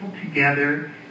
together